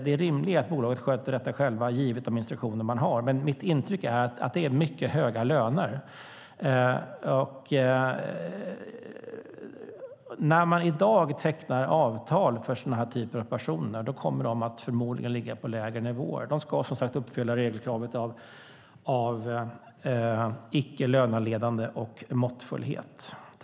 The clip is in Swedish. Det rimliga är att bolaget sköter detta själva givet de instruktioner man har. Mitt intryck är dock att det är mycket höga löner. När man i dag tecknar avtal för sådana här typer av personer kommer de förmodligen att ligga på lägre nivåer; man ska som sagt uppfylla regelkravet om icke-löneledande och måttfullhet.